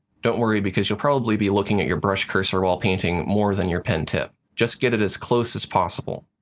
don't worry because you'll probably be looking at your brush cursor while painting more than your pen tip. just get it as close as possible.